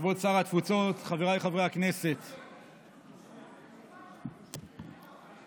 של חברי הכנסת משה ארבל וינון